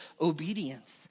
obedience